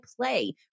play